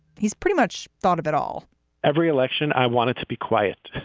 he's pretty much thought of it all every election i wanted to be quiet.